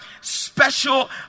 special